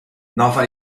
nova